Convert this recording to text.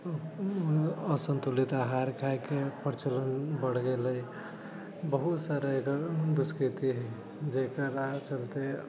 असन्तुलित आहार खाएके प्रचलन बढ़ि गेलै बहुत सारा एकर दुष्कृति हइ जेकरा चलते